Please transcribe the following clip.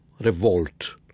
revolt